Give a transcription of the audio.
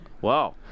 Wow